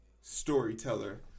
storyteller